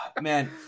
Man